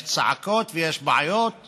לא יכול היה להצביע בעד חוק